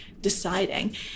deciding